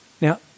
Now